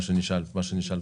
מה שנשאלתם.